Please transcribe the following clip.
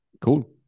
cool